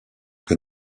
que